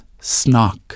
Snock